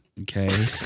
okay